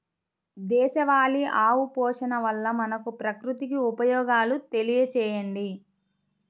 దేశవాళీ ఆవు పోషణ వల్ల మనకు, ప్రకృతికి ఉపయోగాలు తెలియచేయండి?